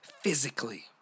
physically